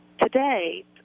today